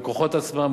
בכוחות עצמה,